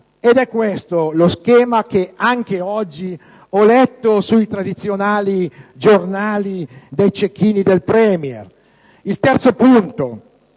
questo lo schema che, anche oggi, ho letto sui tradizionali giornali dei cecchini del Premier. Il terzo punto